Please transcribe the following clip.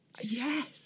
Yes